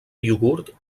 iogurt